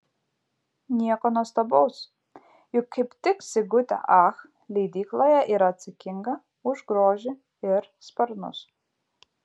nieko nuostabaus juk kaip tik sigutė ach leidykloje yra atsakinga už grožį ir sparnus